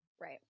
right